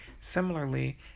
Similarly